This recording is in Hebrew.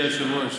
אדוני היושב-ראש,